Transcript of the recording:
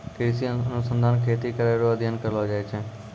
कृषि अनुसंधान खेती करै रो अध्ययन करलो जाय छै